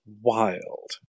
wild